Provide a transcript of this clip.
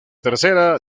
tercera